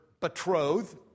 betrothed